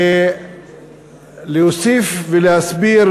ברצוני להוסיף ולהסביר